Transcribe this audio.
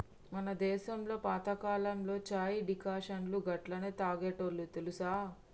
మన దేసంలో పాతకాలంలో చాయ్ డికాషన్ను గట్లనే తాగేటోల్లు తెలుసా